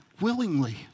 Willingly